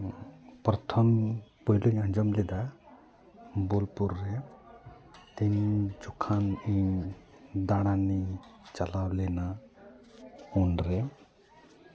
ᱯᱨᱚᱛᱷᱚᱢ ᱯᱳᱭᱞᱳᱧ ᱟᱸᱡᱚᱢ ᱞᱮᱫᱟ ᱵᱳᱞᱯᱩᱨ ᱨᱮ ᱛᱤᱱ ᱡᱚᱠᱷᱟᱱ ᱤᱧ ᱫᱟᱬᱟᱱᱤᱧ ᱪᱟᱞᱟᱣ ᱞᱮᱱᱟ ᱩᱱᱨᱮ